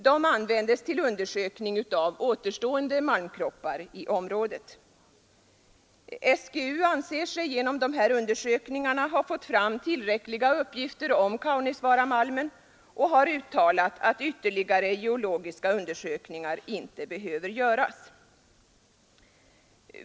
Dessa medel användes till undersökning av återstående malmkroppar i området. SGU anser sig genom de här undersökningarna ha fått fram tillräckliga uppgifter om Kaunisvaaramalmen och har uttalat att ytterligare geologiska under sökningar inte behöver göras.